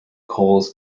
coles